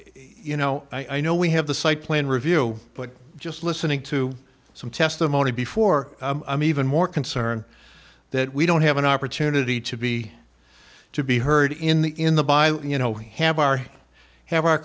you know i know we have the site plan review but just listening to some testimony before i'm even more concerned that we don't have an opportunity to be to be heard in the in the by you know have our have our